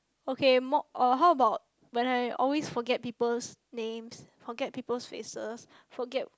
okay mock or how about when I always forget people's names forget people's faces forget